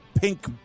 pink